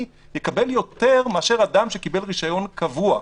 שיקבל יותר מאשר אדם שקיבל רישיון קבוע.